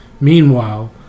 meanwhile